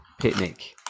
picnic